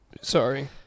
Sorry